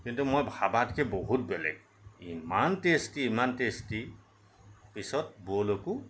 কিন্তু মই ভবাতকৈ বহুত বেলেগ ইমান টেষ্টি ইমান টেষ্টি পিছত বৌলৈকো